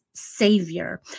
Savior